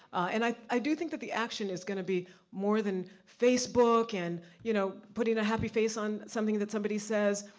and i i do think that the action is gonna be, more than facebook and you know putting a happy face on something that somebody says.